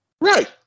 Right